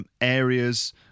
areas